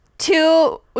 Two